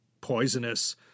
poisonous